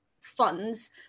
funds